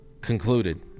concluded